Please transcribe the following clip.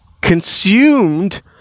consumed